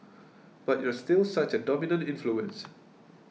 but you're still such a dominant influence